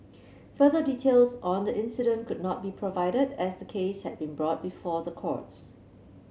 further details on the incident could not be provided as the case had been brought before the courts